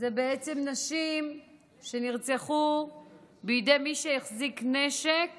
הן בעצם נשים שנרצחו בידי מי שהחזיק נשק